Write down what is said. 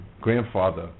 grandfather